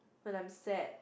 when I'm sad